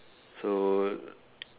so